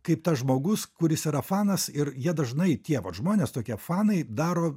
kaip tas žmogus kuris yra fanas ir jie dažnai tie vat žmonės tokie fanai daro